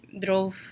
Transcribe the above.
drove